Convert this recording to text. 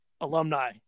alumni